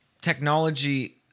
technology